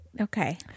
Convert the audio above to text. Okay